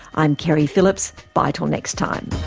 i'm keri phillips but next time.